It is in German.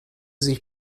sich